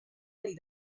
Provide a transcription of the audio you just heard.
del